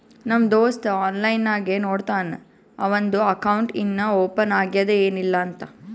ನಮ್ ದೋಸ್ತ ಆನ್ಲೈನ್ ನಾಗೆ ನೋಡ್ತಾನ್ ಅವಂದು ಅಕೌಂಟ್ ಇನ್ನಾ ಓಪನ್ ಆಗ್ಯಾದ್ ಏನಿಲ್ಲಾ ಅಂತ್